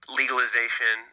legalization –